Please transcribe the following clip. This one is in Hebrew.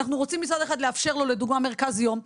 ואנחנו רוצים מצד אחד לאפשר לו לדוגמא מרכז יום,